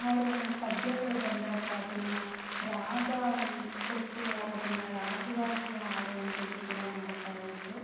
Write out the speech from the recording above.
ಅವ್ರು ಪದ್ಯಗಳು ಬಂದಾಗ ಅದನ್ನು ರಾಗವನ್ನು ಕೊಟ್ಟು ಅದನ್ನ ರಾಗವಾಗಿ ಹಾಡುವಂತದ್ದು ಕೂಡ ಮಾಡ್ತಾ ಇದ್ದರು